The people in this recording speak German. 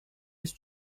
ist